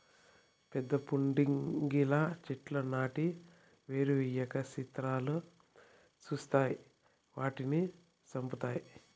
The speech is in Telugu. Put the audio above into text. పెద్ద పుడింగిలా చెట్లు నాటి ఎరువెయ్యక సిత్రాలు సూస్తావ్ వాటిని సంపుతావ్